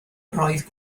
roedd